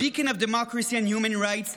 a beacon of democracy and human rights,